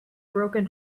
broken